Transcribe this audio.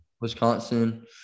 Wisconsin